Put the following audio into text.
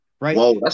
right